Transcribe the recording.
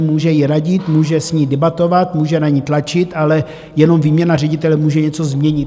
Může jí radit, může s ní debatovat, může na ni tlačit, ale jenom výměna ředitele může něco změnit.